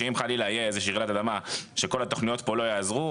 שאם חלילה תהיה איזה שהיא רעידת אדמה שכל התכניות פה לא יעזרו,